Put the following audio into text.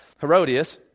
Herodias